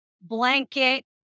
blanket